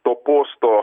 to posto